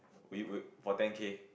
will will for ten K